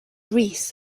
reefs